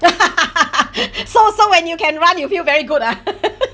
so so when you can run you feel very good ah